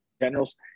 Generals